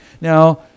Now